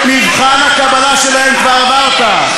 את מבחן הקבלה שלהם כבר עברת.